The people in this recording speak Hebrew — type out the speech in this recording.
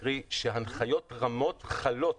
קרי, שהנחיות רמות חלות